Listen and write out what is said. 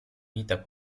vita